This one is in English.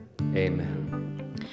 Amen